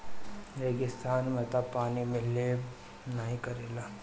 रेगिस्तान में तअ पानी मिलबे नाइ करेला